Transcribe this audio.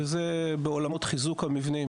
וזה בעולמות חיזוק המבנים,